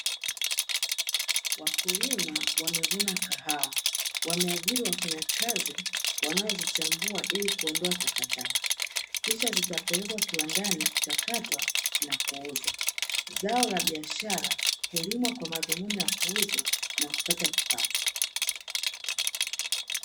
Wakulima wamevuna kahawa, wameajiri wafanyakazi wanaozichambua ili kuondoa takataka, kisha zitapelekwa kiwandani kuchakatwa na kuuzwa. Zao la biashara hulimwa kwa madhumini ya kuuzwa na kupata kipato.